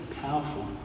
powerful